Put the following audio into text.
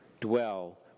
dwell